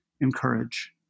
encourage